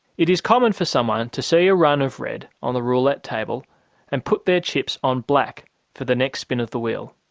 it is common for someone to see a run of red on a roulette table and put their chips on black for the next spin of the wheel.